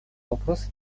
вопроса